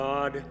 God